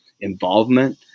involvement